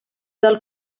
del